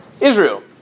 Israel